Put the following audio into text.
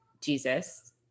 Jesus